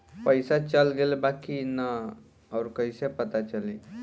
पइसा चल गेलऽ बा कि न और कइसे पता चलि?